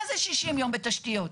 מה זה 60 יום בתשתיות?